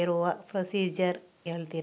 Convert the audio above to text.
Investment ಮಾಡಲು ಇರುವ procedure ಹೇಳ್ತೀರಾ?